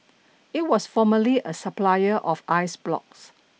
it was formerly a supplier of ice blocks